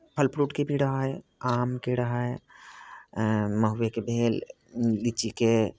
फल फ्रूटके भी रहै आमके रहै महुएके भेल लीचीके